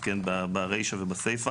ברישא ובסיפא,